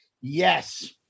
yes